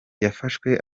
yafashwe